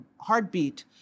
heartbeat